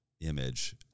image